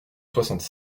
soixante